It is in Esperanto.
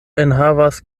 enhavas